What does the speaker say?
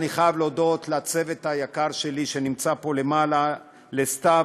אני חייב להודות לצוות היקר שלי שנמצא פה למעלה: לסתיו,